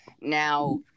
Now